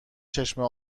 چشمه